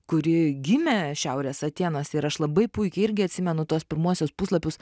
kuri gimę šiaurės atėnuose ir aš labai puikiai irgi atsimenu tuos pirmuosius puslapius